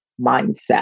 mindset